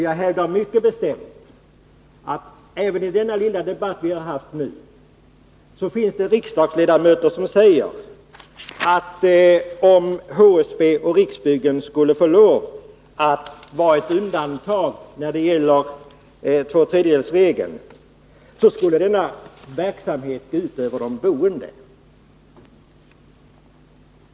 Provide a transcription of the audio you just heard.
Jag hävdar mycket bestämt att även i den lilla debatt som vi har haft nu finns det riksdagsledamöter som säger att om HSB och Riksbyggen skulle få vara undantag när det gäller tvåtredjedelsregeln skulle verksamheten gå ut över de boende.